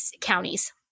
counties